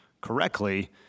correctly